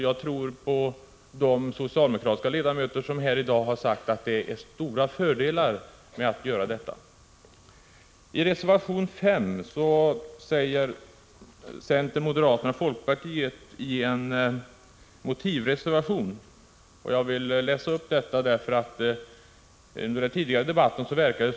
Jag tror på de socialdemokratiska ledamöter som här i dag har sagt att det är stora fördelar med en bolagsbildning. Under den tidigare debatten verkade det som om vi skulle vara emot förslaget på just den punkt som berörs i reservation 5 av centern, moderata samlingspartiet och folkpartiet.